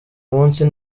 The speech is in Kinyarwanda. munsi